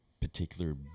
particular